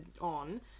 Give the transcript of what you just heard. on